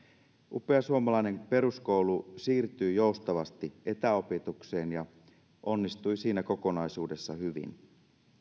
upea suomalainen peruskulu siirtyi joustavasti etäopetukseen ja onnistui siinä kokonaisuudessaan hyvin